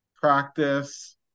practice